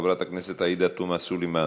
חברת הכנסת עאידה תומא סלימאן,